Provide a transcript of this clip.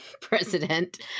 president